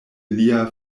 lia